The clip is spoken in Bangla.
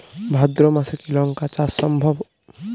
ভাদ্র মাসে কি লঙ্কা চাষ সম্ভব?